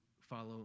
follow